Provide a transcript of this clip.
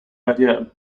idea